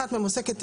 אחת מהן עוסקת,